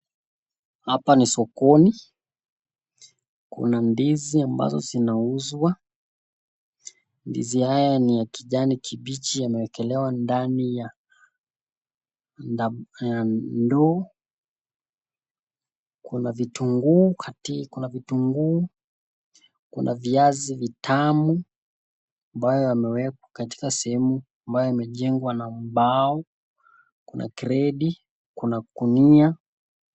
Hapa ni sokoni, kuna ndizi ambazo zinauzwa ndizi hizi ni za kijani kibichi ,yamewekelewa ndani ya ndoo. Kuna vitunguu kuna viazi vitamu ambazo zimewekwa katika sehemu ambayo imejengwa na mbao, kuna gredi kuna gunia.